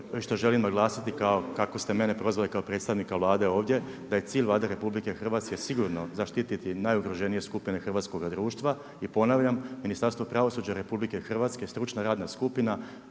i što želim naglasiti, kao kako ste mene prozvali kao predstavnika Vlade ovdje, da je cilj Vlade RH, sigurno zaštiti najugroženije skupine hrvatskoga društva i ponavljam Ministarstvo pravosuđe RH, je stručna radna skupina.